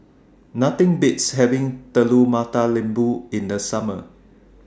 Nothing Beats having Telur Mata Lembu in The Summer